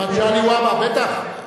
מגלי והבה, בטח,